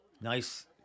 Nice